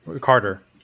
Carter